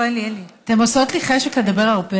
מרב,